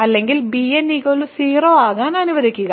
അല്ലെങ്കിൽ bn 0 ആകാൻ അനുവദിക്കുന്നു